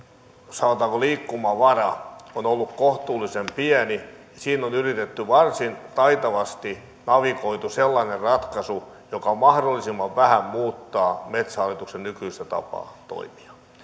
sanotaanko liikkumavara on ollut kohtuullisen pieni siinä on on varsin taitavasti navigoitu sellainen ratkaisu joka mahdollisimman vähän muuttaa metsähallituksen nykyistä tapaa toimia